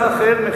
מצד אחר,